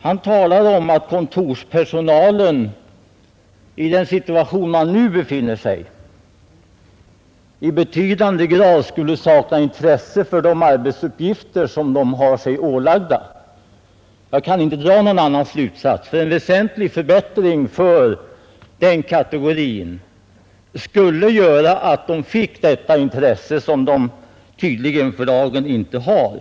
Han talar om att kontorspersonalen i den situation, som den nu befinner sig i, i betydande grad skulle sakna intresse för de arbetsuppgifter den har sig ålagda. Jug kan inte dra någon annan slutsats, när han säger att en väsentlig förbättring för den kategorin skulle göra ati man finge detta intresse som man tydligen enligt herr Svensson för dagen inte har.